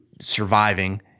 surviving